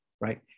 right